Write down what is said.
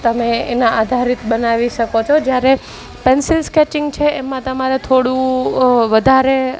તમે એના આધારિત બનાવી શકો છો જ્યારે પેન્સિલ સ્કેચિંગ છે એમાં તમારે થોડું વધારે